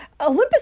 Olympus